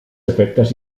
efectes